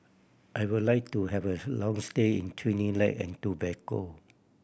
I would like to have a long stay in Trinidad and Tobago